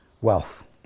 wealth